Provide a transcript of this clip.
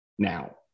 now